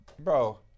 Bro